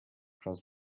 across